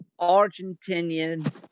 Argentinian